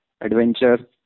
adventure